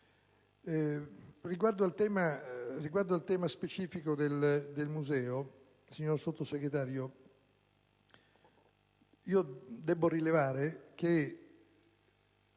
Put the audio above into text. Riguardo al tema specifico del museo, signor Sottosegretario, devo rilevare la